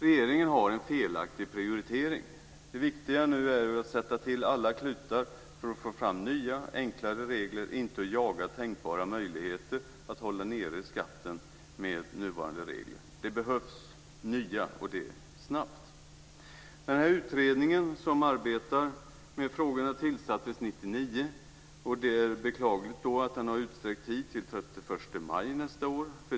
Regeringen har en felaktig prioritering. Det viktiga nu är att sätta till alla klutar för att få fram nya enklare regler och inte att jaga tänkbara möjligheter att hålla nere skatten med nuvarande regler. Det behövs nya regler och det snabbt. Den utredning som arbetar med frågorna tillsattes 1999. Det är beklagligt att den har utsträckt tid till den 31 maj nästa år.